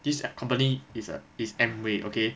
this ac~ company is a is Amway okay